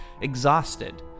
Exhausted